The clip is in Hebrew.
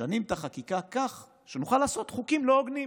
משנים את החקיקה כך שנוכל לעשות חוקים לא הוגנים,